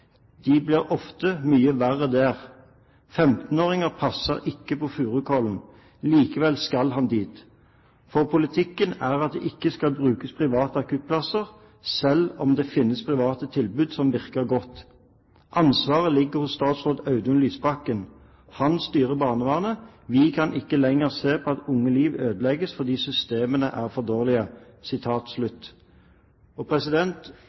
De blir ofte mye verre der 15-åringen passer ikke på Furukollen. Likevel skal han dit. For politikken er at det ikke skal brukes private akuttplasser, selv om det finnes private tilbud som virker godt. Ansvaret ligger hos statsråd Audun Lysbakken. Han styrer barnevernet. Vi kan ikke lenger se på at unge liv ødelegges fordi systemene er for dårlige.»